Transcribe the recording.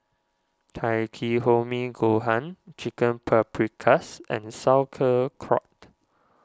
Takikomi Gohan Chicken Paprikas and